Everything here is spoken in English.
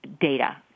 data